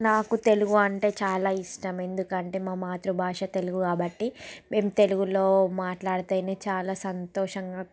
నాకు తెలుగు అంటే చాలా ఇష్టం ఎందుకంటే మా మాతృభాష తెలుగు కాబట్టి మేము తెలుగులో మాట్లాడితేనే చాలా సంతోషంగా